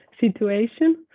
situation